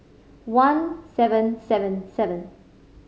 one seven seven seven